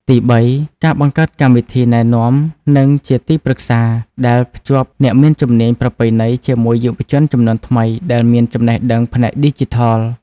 ទីបី ការបង្កើតកម្មវិធីណែនាំនិងជាទីប្រឹក្សា ដែលភ្ជាប់អ្នកមានជំនាញប្រពៃណីជាមួយយុវជនជំនាន់ថ្មីដែលមានចំណេះដឹងផ្នែកឌីជីថល។